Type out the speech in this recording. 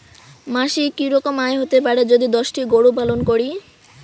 মাসিক কি রকম আয় হতে পারে যদি দশটি গরু পালন করি?